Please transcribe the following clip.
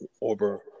over